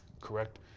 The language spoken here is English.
Correct